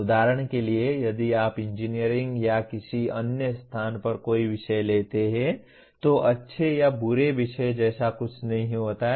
उदाहरण के लिए यदि आप इंजीनियरिंग या किसी अन्य स्थान पर कोई विषय लेते हैं तो अच्छे या बुरे विषय जैसा कुछ नहीं होता है